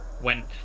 went